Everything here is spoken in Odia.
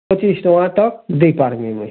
ପଚିଶ୍ ଟଙ୍କା ତକ୍ ଦେଇପାର୍ମି ମୁଇଁ